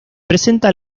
presenta